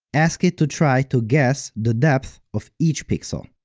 ask it to try to guess the depth of each pixel.